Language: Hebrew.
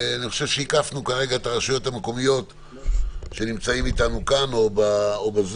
אני חושב שהקפנו כרגע את הרשויות המקומיות שנמצאות איתנו כאן או בזום,